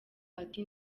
ati